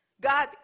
God